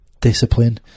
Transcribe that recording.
discipline